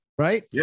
Right